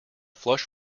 flush